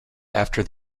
after